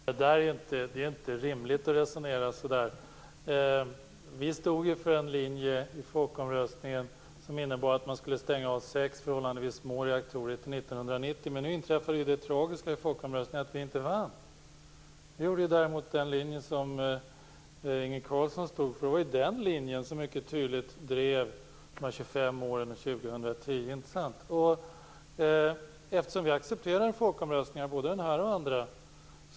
Fru talman! Det är inte rimligt att resonera som Inge Carlsson gör. I folkomröstningen stod vi för en linje som innebar att man skulle stänga av sex förhållandevis små reaktorer fram till 1990. Nu inträffade det tragiska att vi inte vann folkomröstningen. Det gjorde den linje som Inge Carlsson stod för. Den linjen drev mycket tydligt kravet om 25 år för reaktorerna och årtalet 2010. Vi accepterar resultaten av folkomröstningar, både denna och andra.